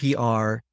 PR